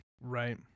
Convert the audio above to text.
Right